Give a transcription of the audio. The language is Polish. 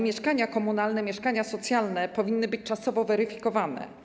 Mieszkania komunalne, mieszkania socjalne powinny być czasowo weryfikowane.